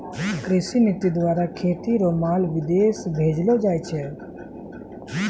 कृषि नीति द्वारा खेती रो माल विदेश भेजलो जाय छै